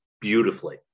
beautifully